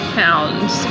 pounds